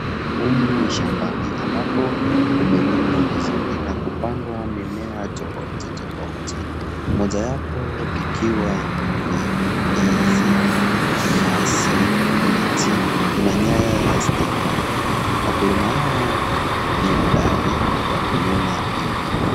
Humu ni shambani ambako kumelimwa vizuri na kupandwa mimea tofauti tofauti , mojawapo ikiwa ni ndizi , nyasi, miti. Kuna nyaya za stima , wakulima hawa ni hodari kwa kulima hivi.